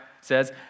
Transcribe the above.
says